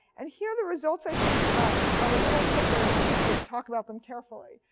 and here, the results i think are a little slippery, and we need to talk about them carefully.